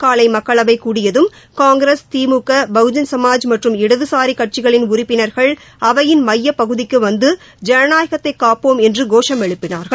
காலை மக்களவை கூடியதும் காங்கிரஸ் திமுக பகுஜன் சமாஜ் மற்றும் இடது சாரிகட்சிகளின் உறுப்பினர்கள் அவையிள் மையப் பகுதிக்கு வந்து ஜனநாயகத்தை காப்போம் என்று கோஷம் எழுப்பினார்கள்